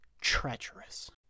treacherous